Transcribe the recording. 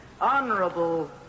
honorable